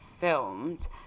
filmed